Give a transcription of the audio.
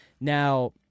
Now